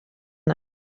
yna